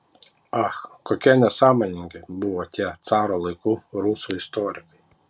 ach kokie nesąmoningi buvo tie caro laikų rusų istorikai